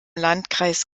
landkreis